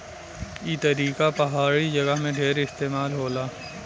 ई तरीका पहाड़ी जगह में ढेर इस्तेमाल होला